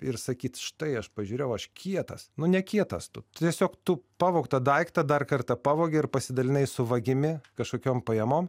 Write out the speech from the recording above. ir sakyti štai aš pažiūrėjau aš kietas nu ne kietas tu tiesiog tu pavogtą daiktą dar kartą pavogei ir pasidalinai su vagimi kažkokiom pajamom